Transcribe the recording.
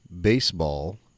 baseball